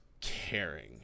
caring